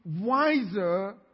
wiser